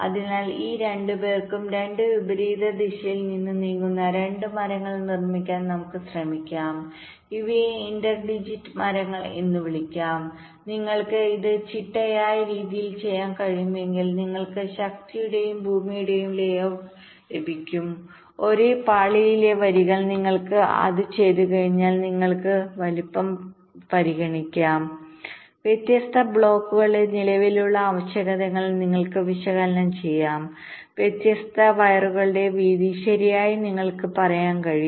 അതിനാൽ ഈ രണ്ടുപേർക്കും രണ്ട് വിപരീത ദിശയിൽ നിന്ന് നീങ്ങുന്ന രണ്ട് മരങ്ങൾ നിർമ്മിക്കാൻ നമുക്ക് ശ്രമിക്കാം ഇവയെ ഇന്റർ ഡിജിറ്റ് മരങ്ങൾഎന്ന് വിളിക്കുന്നു നിങ്ങൾക്ക് ഇത് ചിട്ടയായ രീതിയിൽ ചെയ്യാൻ കഴിയുമെങ്കിൽ നിങ്ങൾക്ക് ശക്തിയുടെയും ഭൂമിയുടെയും ഒരു ലേഔട്ട് ലഭിക്കും ഒരേ പാളിയിലെ വരികൾ നിങ്ങൾ അത് ചെയ്തുകഴിഞ്ഞാൽ നിങ്ങൾക്ക് വലുപ്പം പരിഗണിക്കാം വ്യത്യസ്ത ബ്ലോക്കുകളുടെ നിലവിലെ ആവശ്യകതകൾ നിങ്ങൾക്ക് വിശകലനം ചെയ്യാം വ്യത്യസ്ത വയറുകളുടെ വീതി ശരിയായി നിങ്ങൾക്ക് പറയാൻ കഴിയും